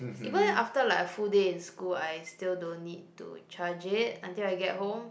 even after like a full day in school I still don't need to charge it until I get home